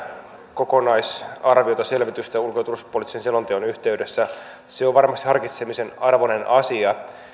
kokonaisarviota selvitystä ulko ja turvallisuuspoliittisen selonteon yhteydessä se on varmasti harkitsemisen arvoinen asia